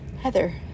Heather